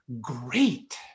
great